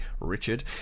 Richard